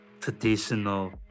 traditional